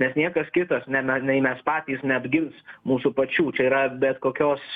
nes niekas kitas ne nei mes patys neapgins mūsų pačių čia yra bet kokios